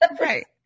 Right